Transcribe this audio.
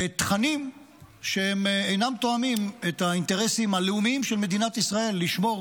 ותכנים שאינם תואמים את האינטרסים הלאומיים של מדינת ישראל לשמור